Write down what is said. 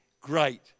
great